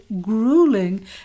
grueling